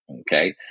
Okay